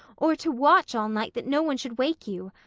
or to watch all night that no one should wake you.